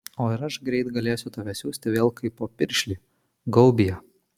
o ir aš greit galėsiu tave siųsti vėl kaipo piršlį gaubyje